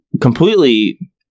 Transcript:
completely